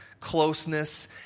closeness